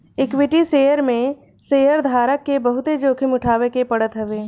equity share में शेयरधारक के बहुते जोखिम उठावे के पड़त हवे